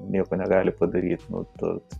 nieko negali padaryt nu tai